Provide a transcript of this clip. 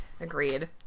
agreed